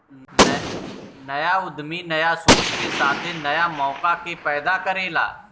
न्या उद्यमी न्या सोच के साथे न्या मौका के पैदा करेला